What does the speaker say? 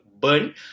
burn